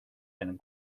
and